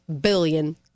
billion